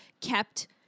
kept